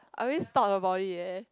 I always thought about it eh